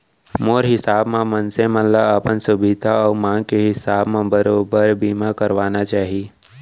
मोर हिसाब म मनसे मन ल अपन सुभीता अउ मांग के हिसाब म बरोबर बीमा करवाना चाही